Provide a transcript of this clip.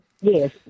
Yes